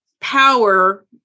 power